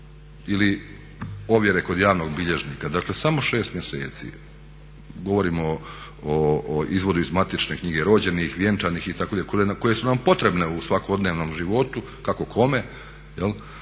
ili ovjere kod javnog bilježnika, dakle samo 6 mjeseci, govorimo o izvodu iz Matične knjige rođenih, vjenčanih itd. koje su nam potrebne u svakodnevnom životu, kako kome.